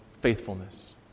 faithfulness